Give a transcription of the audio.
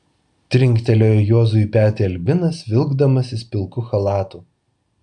trinktelėjo juozui į petį albinas vilkdamasis pilku chalatu